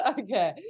okay